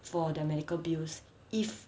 for their medical bills if